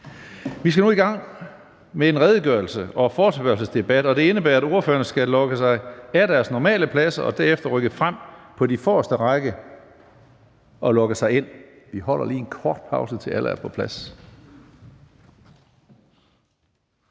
Vi skal nu i gang med en forespørgselsdebat, og det indebærer, at ordførerne skal logge sig ud fra deres normale pladser og derefter rykke frem på de forreste rækker og logge sig ind. Vi holder derfor en kort pause. Mødet er udsat.